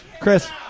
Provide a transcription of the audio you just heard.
Chris